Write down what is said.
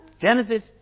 Genesis